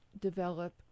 develop